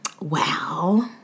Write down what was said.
Wow